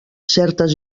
certes